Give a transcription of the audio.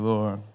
Lord